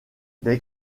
des